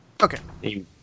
Okay